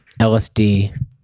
LSD